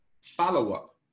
follow-up